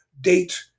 date